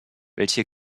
welche